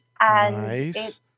Nice